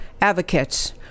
advocates